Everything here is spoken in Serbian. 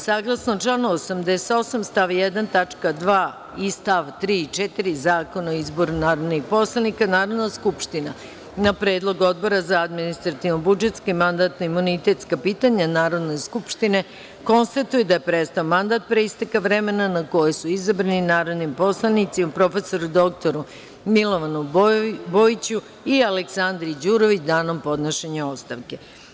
Saglasno članu 88. stav 1. tačka 2) i st. 3. i 4. Zakona o izboru narodnih poslanika, Narodna skupština, na predlog Odbora za administrativno-budžetska i mandatno-imunitetska pitanja Narodne skupštine, konstatuje da je prestao mandat, pre isteka vremena na koje su izabrani, narodnim poslanicima prof. dr Milovanu Bojiću i Aleksandri Đurović, danom podnošenja ostavke.